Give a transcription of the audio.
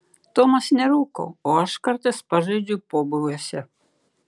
tomas nerūko o aš kartais pažaidžiu pobūviuose